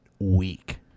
week